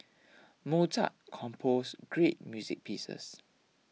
Mozart composed great music pieces